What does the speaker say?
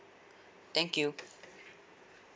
thank you